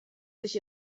sich